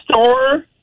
store